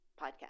podcast